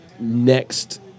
next